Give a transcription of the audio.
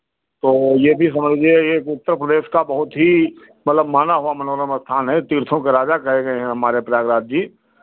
तो ये भी समझिए ये एक उत्तर प्रदेश का बहुत ही मतलब माना हुआ मनोरम स्थान है तीर्थों के राजा कहे गए हैं हमारे प्रयागराज जी